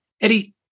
Eddie